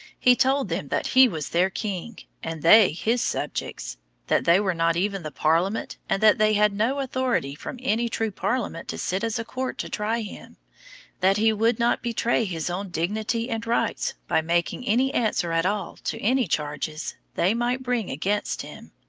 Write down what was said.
he told them that he was their king, and they his subjects that they were not even the parliament, and that they had no authority from any true parliament to sit as a court to try him that he would not betray his own dignity and rights by making any answer at all to any charges they might bring against him,